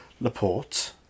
Laporte